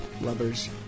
lovers